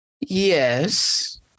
Yes